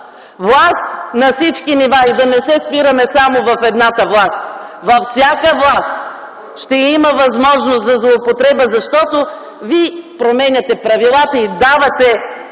власт на всички нива и да не се спираме само в едната власт. Във всяка власт ще има възможност за злоупотреба, защото вие променяте правилата, издавате нещо,